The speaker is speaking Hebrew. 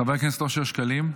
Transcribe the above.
חבר הכנסת אושר שקלים,